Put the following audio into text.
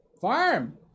farm